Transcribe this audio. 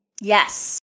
Yes